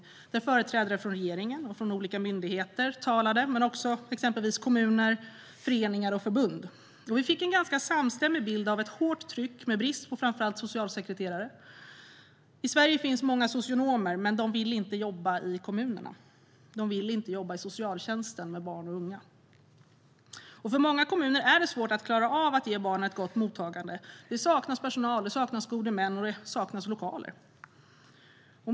Där talade företrädare för regeringen och olika myndigheter men också exempelvis kommuner, föreningar och förbund. Vi fick en ganska samstämmig bild av ett hårt tryck med brist på framför allt socialsekreterare. I Sverige finns många socionomer, men de vill inte jobba i kommunerna. De vill inte jobba i socialtjänsten med barn och unga. För många kommuner är det svårt att klara av att ge barn ett gott mottagande. Det saknas personal. Det saknas gode män. Det saknas lokaler.